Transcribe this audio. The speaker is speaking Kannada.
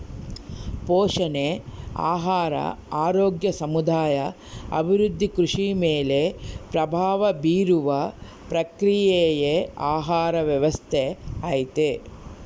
ಪೋಷಣೆ ಆಹಾರ ಆರೋಗ್ಯ ಸಮುದಾಯ ಅಭಿವೃದ್ಧಿ ಕೃಷಿ ಮೇಲೆ ಪ್ರಭಾವ ಬೀರುವ ಪ್ರಕ್ರಿಯೆಯೇ ಆಹಾರ ವ್ಯವಸ್ಥೆ ಐತಿ